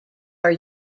are